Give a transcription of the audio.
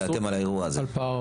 אתם על האירוע הזה.